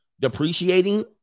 Depreciating